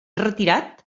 retirat